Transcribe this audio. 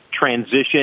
transition